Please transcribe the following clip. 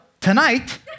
tonight